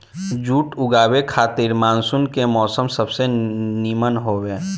जुट उगावे खातिर मानसून के मौसम सबसे निमन हवे